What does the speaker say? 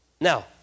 Now